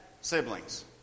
siblings